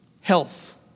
health